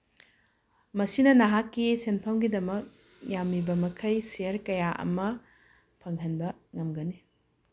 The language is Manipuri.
ꯃꯁꯤꯅ ꯅꯍꯥꯛꯀꯤ ꯁꯦꯟꯐꯝꯒꯤꯗꯃꯛ ꯌꯥꯝꯃꯤꯕ ꯃꯈꯩ ꯁꯤꯌꯔ ꯀꯌꯥ ꯑꯃ ꯐꯪꯍꯟꯕ ꯉꯝꯒꯅꯤ